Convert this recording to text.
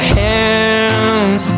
hand